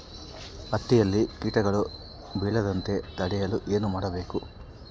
ಹತ್ತಿಯಲ್ಲಿ ಕೇಟಗಳು ಬೇಳದಂತೆ ತಡೆಯಲು ಏನು ಮಾಡಬೇಕು?